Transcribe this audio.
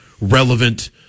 relevant